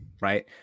right